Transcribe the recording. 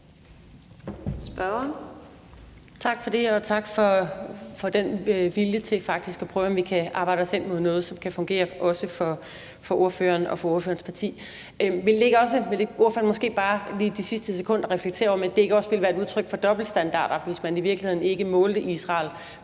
Tak for det, og tak for den vilje til faktisk at prøve at se på, om vi kan arbejde os hen imod noget, som kan fungere også for ordføreren og ordførerens parti. Vil ordføreren ikke bare de sidste sekunder reflektere over, om det ikke også ville være et udtryk for dobbeltstandarder, hvis man i virkeligheden ikke målte Israel